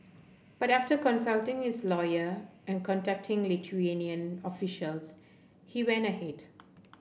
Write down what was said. but after consulting his lawyer and contacting Lithuanian officials he went ahead